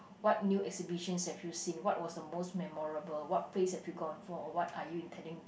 what new exhibitions have you seen what was the most memorable what place have you gone for or what are you intending to